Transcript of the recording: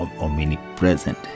omnipresent